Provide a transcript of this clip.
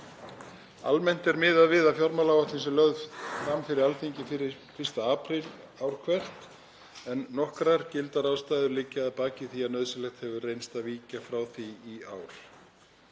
Almennt er miðað við að fjármálaáætlun sé lögð fram fyrir Alþingi fyrir 1. apríl ár hvert en nokkrar gildar ástæður liggja að baki því að nauðsynlegt hefur reynst að víkja frá því í ár.